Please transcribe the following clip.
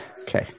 Okay